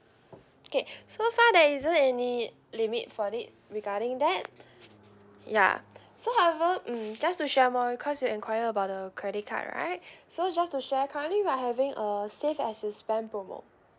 okay so far there isn't any limit for it regarding that ya so however hmm just to share more because you enquire about the credit card right so just to share currently we are having a save as you spend promo